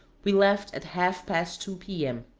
we left at half past two p m.